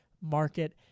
market